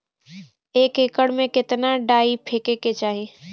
एक एकड़ में कितना डाई फेके के चाही?